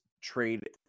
trade